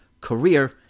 career